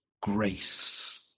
grace